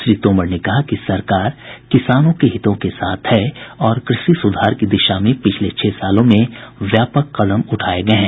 श्री तोमर ने कहा कि सरकार किसानों के हितों के साथ है और कृषि सुधार की दिशा में पिछले छह सालों में व्यापक कदम उठाये गये हैं